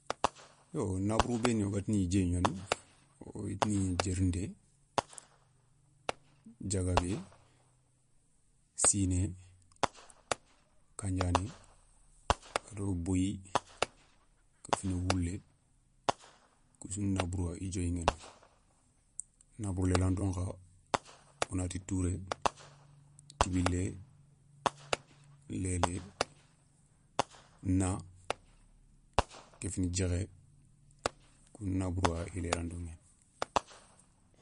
Yo naburu benou woga tini diéwou gnani woy tini diérinté, diagabé, siné, kandiané, ado boyi kéfini woulé, kousouna naburuwa i diéwougnani. Nabourou lélanto nkha, wonati touré, tibilé, lélé, na, kéfini djékhé, kou ni nabourouwa i lélanto nguéni.